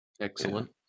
Excellent